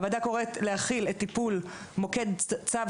הוועדה קוראת להחיל את טיפול מוקד צו